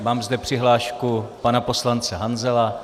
Mám zde přihlášku pana poslance Hanzela.